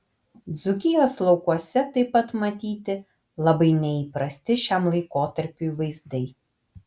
dzūkijos laukuose taip pat matyti labai neįprasti šiam laikotarpiui vaizdai